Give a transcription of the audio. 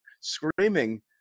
screaming